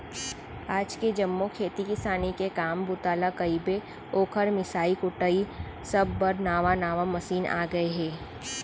आज के जम्मो खेती किसानी के काम बूता ल कइबे, ओकर मिंसाई कुटई सब बर नावा नावा मसीन आ गए हे